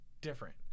different